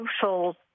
social